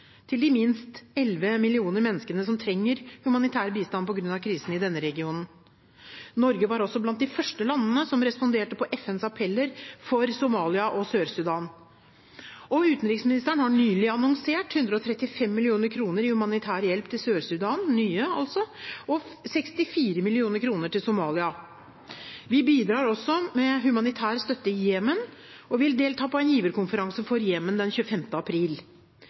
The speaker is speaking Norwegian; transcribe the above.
de minst 11 millioner menneskene som trenger humanitær bistand på grunn av krisen i denne regionen. Norge var også blant de første landene som responderte på FNs appeller for Somalia og Sør-Sudan. Utenriksministeren har nylig annonsert 135 mill. kr i humanitær hjelp til Sør-Sudan – nye, altså – og 64 mill. kr til Somalia. Vi bidrar også med humanitær støtte i Jemen og vil delta på en giverkonferanse for Jemen 25. april.